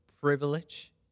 privilege